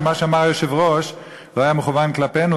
שמה שאמר היושב-ראש לא היה מכוון כלפינו,